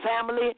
family